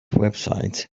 website